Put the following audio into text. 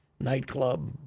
Nightclub